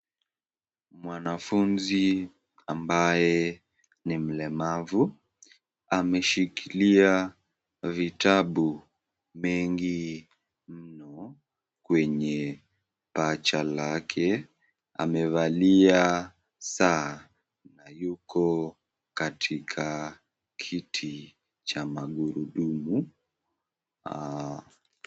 Mwanafunzi ambaye ni mlemavu, ameshikilia vitabu mengi mno, kwenye paja lake, amevalia saa na yuko katika kiti cha magurudumu...